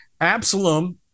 Absalom